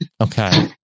Okay